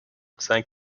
saint